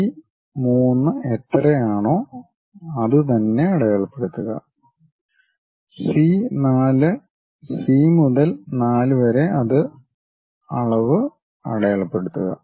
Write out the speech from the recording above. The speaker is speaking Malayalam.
ബി 3 എത്രയാണോ അത് തന്നെ അടയാളപ്പെടുത്തുക സി 4 സി മുതൽ 4 വരെ അതെ അളവ് അടയാളപ്പെടുത്തുക